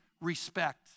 respect